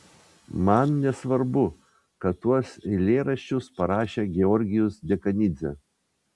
man nesvarbu kad tuos eilėraščius parašė georgijus dekanidzė